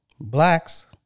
Blacks